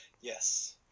Yes